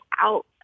out